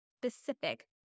specific